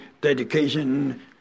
dedication